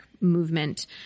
movement